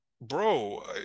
bro